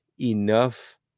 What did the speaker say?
enough